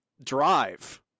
Drive